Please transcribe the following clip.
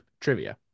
trivia